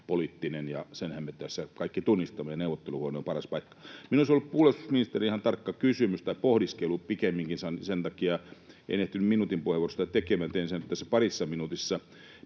poliittinen, ja senhän me tässä kaikki tunnistamme, ja neuvotteluhuone on paras paikka. Minulla olisi ollut puolustusministerille ihan tarkka kysymys tai pohdiskelu pikemminkin. Sen takia en ehtinyt minuutin puheenvuorossa sitä tekemään, minä teen sen tässä parissa minuutissa.